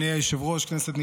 אדוני היושב-ראש, כנסת נכבדה,